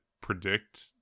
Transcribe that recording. predict